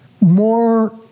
more